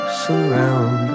surround